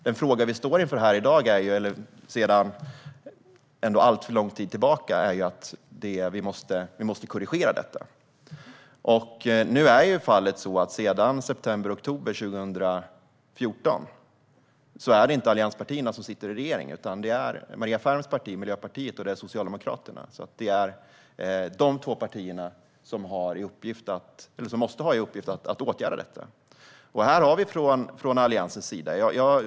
Den fråga vi står inför här i dag och sedan alltför lång tid tillbaka är att vi måste korrigera detta. Nu är fallet att sedan september oktober 2014 är det inte allianspartierna som sitter i regeringen, utan det är Maria Ferms parti, Miljöpartiet, och Socialdemokraterna. Det är dessa två partier som måste ha i uppgift att åtgärda detta. Vi har från Alliansens sida drivit på för detta.